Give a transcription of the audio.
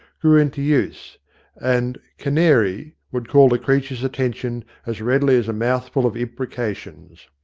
grew into use and canary would call the creature's attention as readily as a mouthful of imprecations.